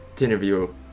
interview